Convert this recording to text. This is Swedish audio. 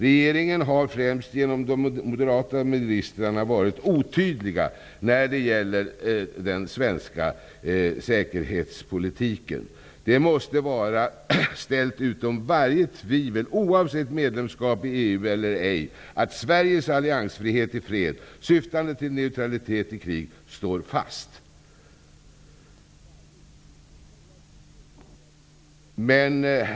Regeringen har främst genom de moderata ministrarna varit otydlig när det gäller den svenska säkerhetspolitiken. Det måste vara ställt utom varje tvivel, oavsett medlemskap i EU, att Sveriges alliansfrihet i fred, syftande till neutralitet i krig, står fast.